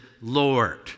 Lord